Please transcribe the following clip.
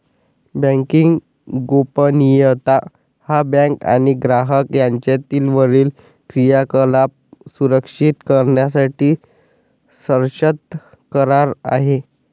banking गोपनीयता हा bank आणि ग्राहक यांच्यातील वरील क्रियाकलाप सुरक्षित करण्यासाठी सशर्त करार आहे